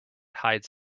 hides